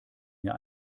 mir